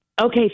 Okay